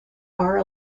are